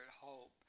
Hope